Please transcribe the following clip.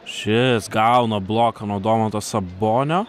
šis gauna bloką nuo domanto sabonio